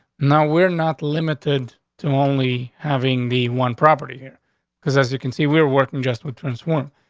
now. we're not limited to only having the one property here because, as you can see, we're working just with trans one.